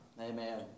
Amen